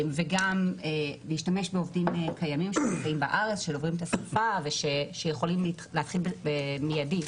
להשתמש בעובדים קיימים שדוברים את השפה ושיכולים להתחיל מיידית,